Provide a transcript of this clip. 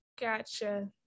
Gotcha